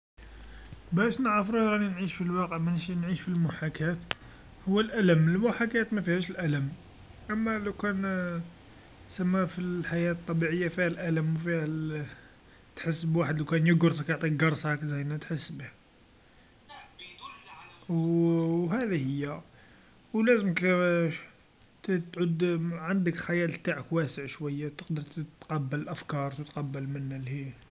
باش نعرف روحي أني نعيش في الواقع مانيش نعيش في المحاكاة هو الألم، المحاكاة مافيهاش الألم، أما لوكان سما في الحياة الطبيعيه فيها الألم و فيها تحس بواحد لوكان يقرصك يعطيك قرصا زينا تحس بيها و هاذي و لازمك ت-تعود عندك الخيال تاعك واسع شويا تقدر ت-تقبل أفكار تتقبل منا لهيه.